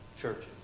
churches